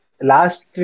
Last